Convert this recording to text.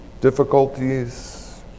Difficulties